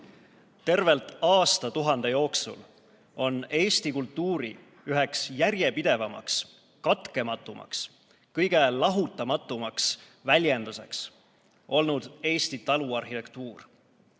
Tervelt aastatuhande jooksul on eesti kultuuri üheks järjepidevamaks, katkematumaks, kõige lahutamatumaks väljenduseks olnud Eesti taluarhitektuur.